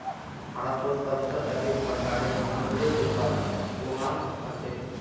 भारतत सबसे अधिक प्रकारेर अंगूरेर उत्पादन कुहान हछेक